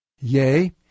Yea